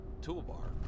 Toolbar